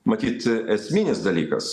matyt esminis dalykas